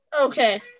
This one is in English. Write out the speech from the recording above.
Okay